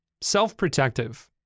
self-protective